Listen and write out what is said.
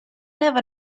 never